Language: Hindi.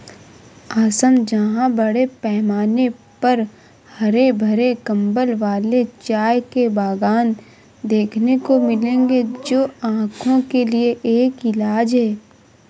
असम जहां बड़े पैमाने पर हरे भरे कंबल वाले चाय के बागान देखने को मिलेंगे जो आंखों के लिए एक इलाज है